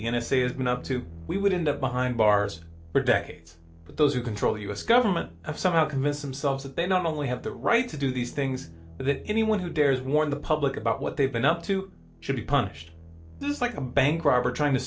the n s a has been up to we would end up behind bars for decades but those who control us government of somehow convince themselves that they not only have the right to do these things that anyone who dares warn the public about what they've been up to should be punished just like a bank robber trying to